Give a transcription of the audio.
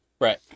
right